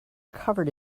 covered